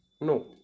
no